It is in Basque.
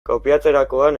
kopiatzerakoan